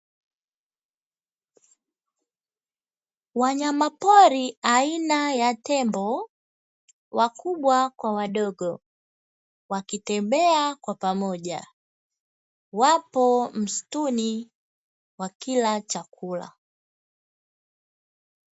Wanyamapori aina ya tembo wakubwa kwa wadogo, wakitembea kwa pamoja. Wapo msituni wakila chakula.